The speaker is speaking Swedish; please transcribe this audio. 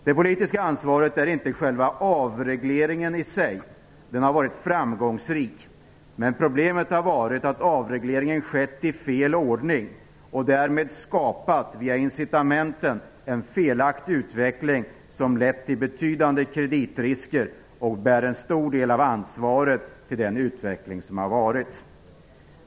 Det politiska ansvaret gäller inte avregleringen i sig - den har varit framgångsrik - men problemet har varit att avregleringen skett i fel ordning och därmed via incitamenten skapat en felaktig utveckling, som lett till betydande kreditrisker och bär en stor del av ansvaret för den utveckling som har ägt rum.